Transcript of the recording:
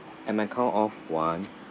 at my count of one